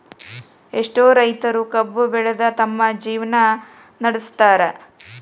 ಎಷ್ಟೋ ರೈತರು ಕಬ್ಬು ಬೆಳದ ತಮ್ಮ ಜೇವ್ನಾ ನಡ್ಸತಾರ